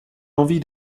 envie